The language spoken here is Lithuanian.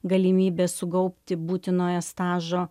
galimybės sugaupti būtinojo stažo